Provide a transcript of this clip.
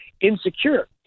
insecure